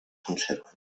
conserven